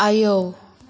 आयौ